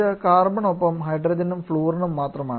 ഇത് കാർബണിനൊപ്പം ഹൈഡ്രജനും ഫ്ലൂറൈനും മാത്രമാണ്